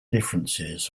differences